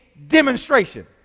demonstration